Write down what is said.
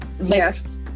Yes